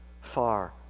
far